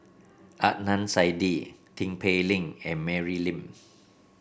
Adnan Saidi Tin Pei Ling and Mary Lim